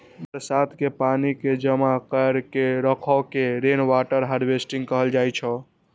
बरसात के पानि कें जमा कैर के राखै के रेनवाटर हार्वेस्टिंग कहल जाइ छै